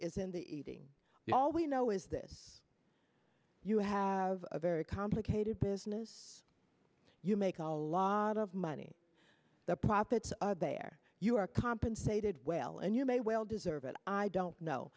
is in the eating all we know is this you have a very complicated business you make a lot of money the profits are there you are compensated well and you may well deserve it i don't know